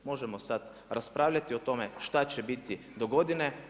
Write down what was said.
Možemo sada raspravljati o tome šta će biti do godine.